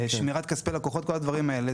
שמירת כספי לקוחות וכל הדברים האלה,